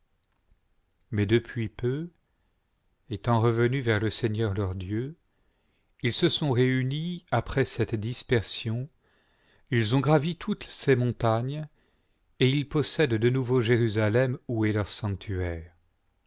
mais depuis peu étant revenus vers le seigneur leur dieu ils se sont réunis après cette dispersion ils ont gravi toutes ces montagnes et ils possèdent de nouveau jérusalem où est leur sanctuaire